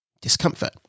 discomfort